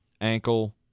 ankle